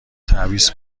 تعویض